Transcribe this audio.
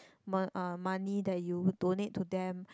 mo~ uh money that you donate to them